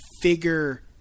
figure